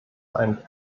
einen